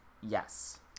yes